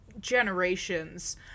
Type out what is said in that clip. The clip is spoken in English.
generations